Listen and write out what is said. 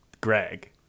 greg